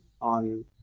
on